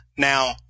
Now